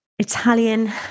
Italian